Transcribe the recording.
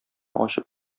ачып